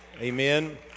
amen